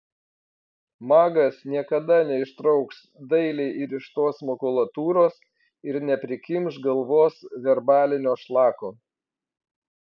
magas niekada neištrauks dailiai įrištos makulatūros ir neprikimš galvos verbalinio šlako